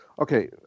Okay